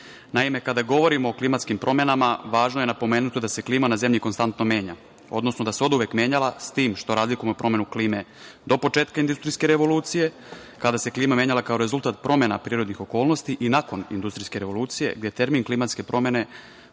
Srbije. Naime, kada govorimo o klimatskim promenama važno je napomenuti da se klima na Zemlji konstantno menja, odnosno da se oduvek menjala, s tim što razlikujemo promenu klime do početka industrijske revolucije, kada se klima menjala kao rezultat promena prirodnih okolnosti i nakon industrijske revolucije, gde termin klimatske promene